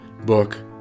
book